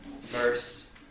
verse